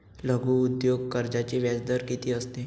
लघु उद्योग कर्जाचे व्याजदर किती असते?